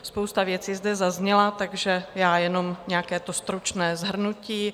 Spousta věcí zde zazněla, takže já jenom nějaké to stručné shrnutí.